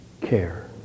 care